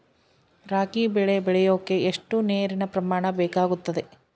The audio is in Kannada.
ರಾಗಿ ಬೆಳೆ ಬೆಳೆಯೋಕೆ ಎಷ್ಟು ನೇರಿನ ಪ್ರಮಾಣ ಬೇಕಾಗುತ್ತದೆ?